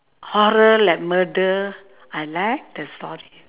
horror like murder I like the story